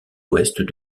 ouest